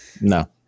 No